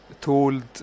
told